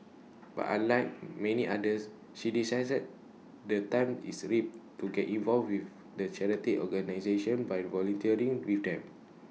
but unlike many others she decided the time is A ripe to get involved with the charity organisation by volunteering with them